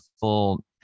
full